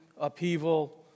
upheaval